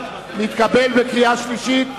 נתקבל בקריאה שלישית,